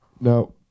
no